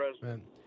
president